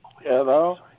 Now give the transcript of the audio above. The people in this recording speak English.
hello